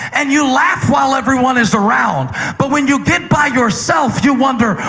and you laugh while everyone is around, but when you get by yourself you wonder,